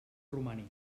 romànic